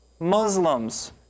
Muslims